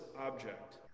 object